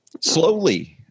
Slowly